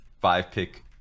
five-pick